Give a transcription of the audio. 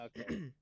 Okay